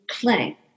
play